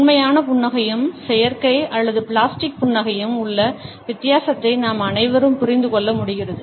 உண்மையான புன்னகையும் செயற்கை அல்லது பிளாஸ்டிக் புன்னகையும் உள்ள வித்தியாசத்தை நாம் அனைவரும் புரிந்து கொள்ள முடிகிறது